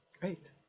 great